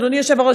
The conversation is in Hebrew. אדוני היושב-ראש,